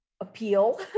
appeal